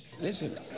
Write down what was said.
Listen